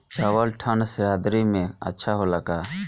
चावल ठंढ सह्याद्री में अच्छा होला का?